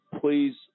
please